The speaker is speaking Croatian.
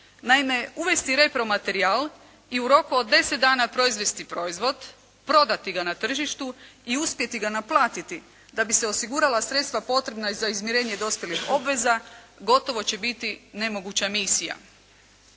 Naime uvesti repromaterijal i u roku od 10 dana proizvesti proizvod, prodati ga na tržištu i uspjeti ga naplatiti da bi se osigurala sredstva potrebna za izmirenje dospjelih obveza, gotovo će biti nemoguća misija.